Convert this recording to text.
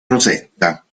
rosetta